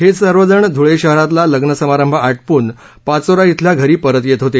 हे सर्वजण धुळे शहरातील लग्नसमारंभ आटोपून पाचोरा धिल्या घरी परत येत होते